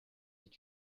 est